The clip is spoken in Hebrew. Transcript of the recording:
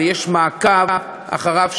ויש מעקב אחריו,